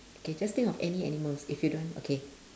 okay just think of any animals if you don't okay